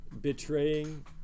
betraying